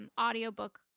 audiobook